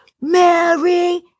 Mary